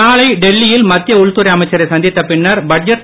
நாளை டெல்லியில் மத்திய உள்துறை அமைச்சரை சந்தித்த பின்னர் பட்ஜெட்